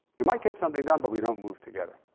you might get something done, but we don't move together.